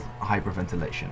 hyperventilation